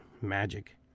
magic